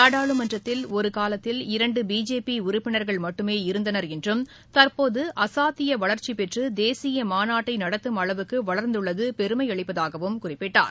நாடாளுமன்றத்தில் ஒரு காலத்தில் இரண்டு பிஜேபி உறுப்பினர்கள் மட்டுமே இருந்தனர் என்றும் தற்போது அசாத்திய வளர்ச்சி பெற்று தேசிய மாநாட்டை நடத்தும் அளவுக்கு வளர்ந்துள்ளது பெருமையளிப்பதாகவும் குறிப்பிட்டார்